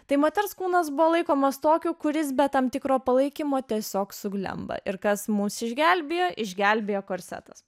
tai moters kūnas buvo laikomas tokiu kuris be tam tikro palaikymo tiesiog suglemba ir kas mus išgelbėjo išgelbėjo korsetas